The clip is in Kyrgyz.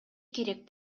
керек